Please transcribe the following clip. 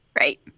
Right